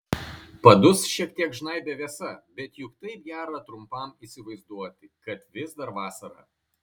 padus šiek tiek žnaibė vėsa bet juk taip gera trumpam įsivaizduoti kad vis dar vasara